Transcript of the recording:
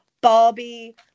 Barbie